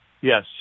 Yes